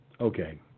Okay